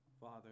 Father